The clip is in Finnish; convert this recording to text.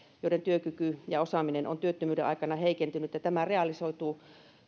joiden työkyky ja osaaminen ovat työttömyyden aikana heikentyneet ja tämä realisoituu